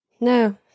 No